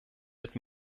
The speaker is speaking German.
mit